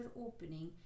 opening